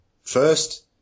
first